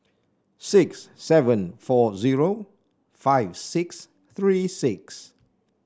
six seven four zero five six three six